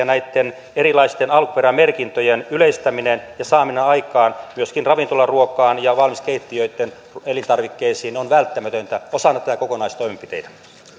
näitten erilaisten alkuperämerkintöjen yleistäminen ja saaminen aikaan myöskin ravintolaruokaan ja valmiskeittiöitten elintarvikkeisiin on välttämätöntä osana näitä kokonaistoimenpiteitä